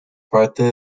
parte